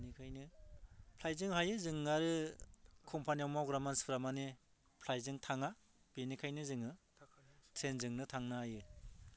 बिनिखायनो फ्लाइटजों हायो जों आरो कम्फानियाव मावग्रा मानसिफ्रा माने फ्लाइटजों थाङा बिनिखायनो जोङो ट्रेनजोंनो थांनो हायो